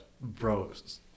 bros